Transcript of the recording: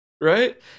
Right